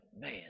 man